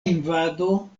invado